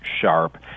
sharp